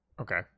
Okay